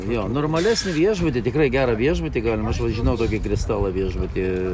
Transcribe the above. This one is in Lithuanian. jo normalesnį viešbutį tikrai gerą viešbutį galima aš va žinau tokį kristalą viešbutį